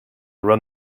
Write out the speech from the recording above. run